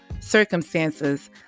circumstances